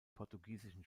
portugiesischen